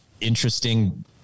interesting